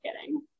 kidding